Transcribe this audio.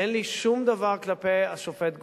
אין לי שום דבר כלפי השופט גרוניס.